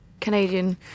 Canadian